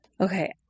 Okay